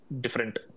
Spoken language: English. different